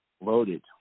Loaded